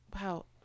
wow